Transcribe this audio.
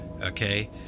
okay